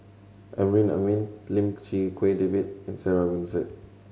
Amrin Amin Lim Chee Wai David and Sarah Winstedt